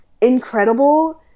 Incredible